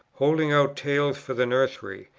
holding out tales for the nursery,